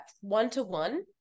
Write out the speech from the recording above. one-to-one